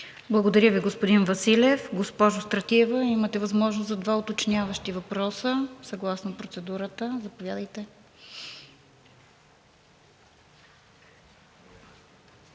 Благодаря Ви, господин Василев. Госпожо Стратиева, имате възможност за два уточняващи въпроса съгласно процедурата. Заповядайте.